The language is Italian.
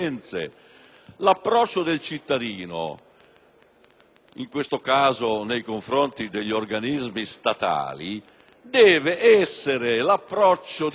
l'approccio del cittadino, in questo caso nei confronti degli organismi statali, deve essere quello di chi va